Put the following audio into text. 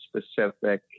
specific